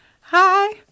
Hi